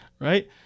Right